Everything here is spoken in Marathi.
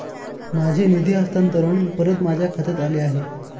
माझे निधी हस्तांतरण परत माझ्या खात्यात आले आहे